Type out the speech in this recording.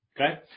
Okay